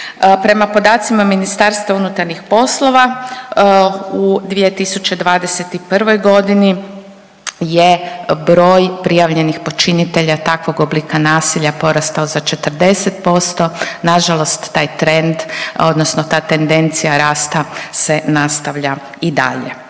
Prema podacima MUP-a u 2021.g. je broj prijavljenih počinitelja takvog oblika nasilja porastao za 40%, nažalost taj trend odnosno ta tendencija rasta se nastavlja i dalje.